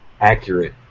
accurate